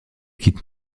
quitte